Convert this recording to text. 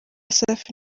safi